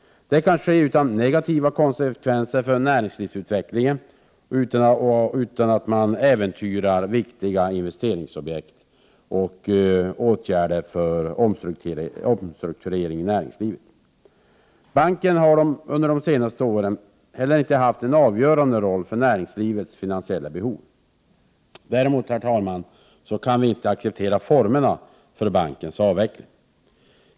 Det kan ske utan negativa konsekvenser för näringslivsutvecklingen och utan att man äventyrar viktiga investeringsobjekt och åtgärder för omstrukturering i näringslivet. Banken har under de senaste åren heller inte haft en avgörande roll för näringslivets finansiella behov. Däremot, herr talman, kan vi inte acceptera formerna för bankens avveckling.